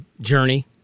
journey